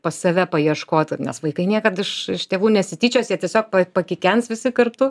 pas save paieškot nes vaikai niekad iš iš tėvų nesityčios jie tiesiog pakikens visi kartu